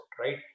right